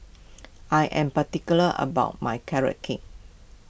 I am particular about my Carrot Cake